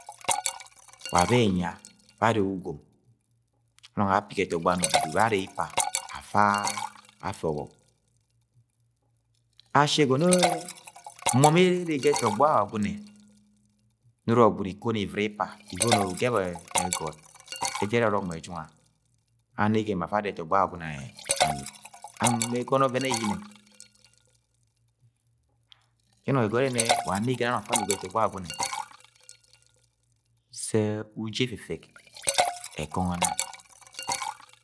Wa bẹ ẹnya bẹ arre ugom anọng apigi ẹtọgbọ ano dudu bẹ aere ipa afa, afẹ ọbọk ashi ẹgọnọ e mọm arre ga ẹrọgbo Agwagune noro gwud Ikono Ivira Ipa Ivono ugep egot ẹjak ẹrẹ ọrọk me ẹjunga, anegen ma afa ada ẹtogọ Agwagune anuk an me ẹgọnọ ọvẹn eyiyine yẹ ẹnọng ẹgọnọ ẹrẹ nẹ wa anegọn anong afa anugo ga ẹtọgbọ Agwagune sẹ uji efefek ẹkọngọ nang.